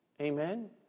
Amen